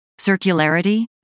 Circularity